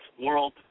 world